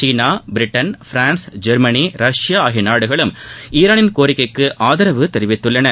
சீனா Britain France German Russia ஆகிய நாடுகளும் ஈரானின் கோரிக்கைக்கு ஆதரவு தெரிவித்துள்ளன